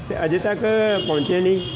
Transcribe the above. ਅਤੇ ਅਜੇ ਤੱਕ ਪਹੁੰਚੇ ਨਹੀਂ